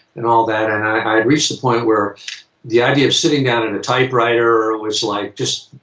and all that. and i'd reached the point where the idea of sitting down at a typewriter was like just.